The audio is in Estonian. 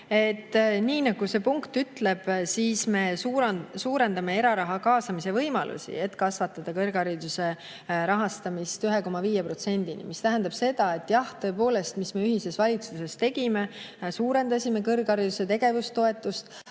Nii nagu see punkt ütleb, me suurendame eraraha kaasamise võimalusi, et kasvatada kõrghariduse rahastamist 1,5%-ni. See tähendab seda, et jah, tõepoolest, me ühises valitsuses tegime seda, et me suurendasime kõrghariduse tegevustoetust,